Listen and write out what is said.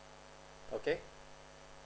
okay